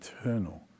eternal